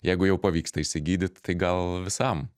jeigu jau pavyksta išsigydyt tai gal visam